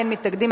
אין מתנגדים,